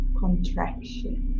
contraction